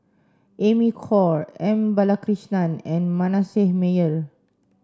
Amy Khor M Balakrishnan and Manasseh Meyer